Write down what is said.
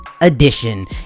edition